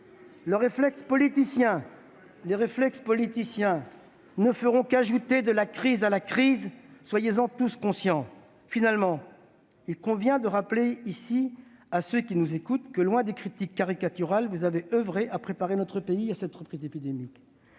Les réflexes politiciens ne feront qu'ajouter de la crise à la crise, soyez-en tous conscients. Finalement, il convient de rappeler ici à ceux qui nous écoutent que, loin des critiques caricaturales, vous avez oeuvré à préparer notre pays à cette reprise épidémique,